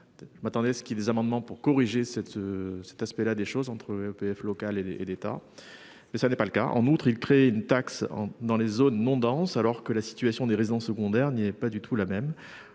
Je m'attendais à ce qui les amendements pour corriger cet, cet aspect-là des choses entre PS local et et l'État. Mais ça n'est pas le cas. En outre, il crée une taxe en dans les zones non denses. Alors que la situation des résidences secondaires n'y avait pas du tout la même.